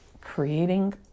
creating